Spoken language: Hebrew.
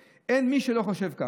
אין מי שלא חושב ככה.